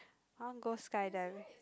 I want go skydiving